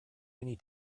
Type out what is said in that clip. many